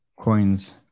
coins